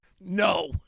No